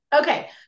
Okay